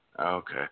Okay